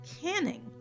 canning